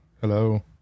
Hello